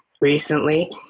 recently